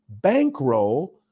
bankroll